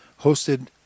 hosted